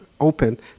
open